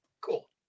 Cool